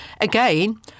Again